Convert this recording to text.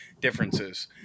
differences